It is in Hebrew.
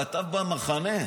כתב במחנה,